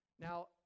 Now